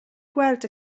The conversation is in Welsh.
gweld